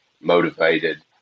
motivated